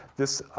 this